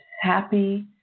happy